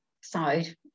side